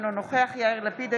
אינו נוכח יאיר לפיד,